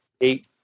eight